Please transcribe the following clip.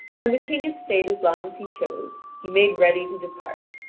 when the king had stayed as long as he chose, he made ready to depart.